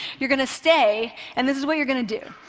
you're going to stay, and this is what you're going to do.